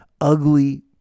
ugly